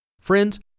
Friends